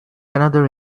another